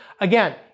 Again